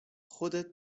خودت